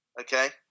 Okay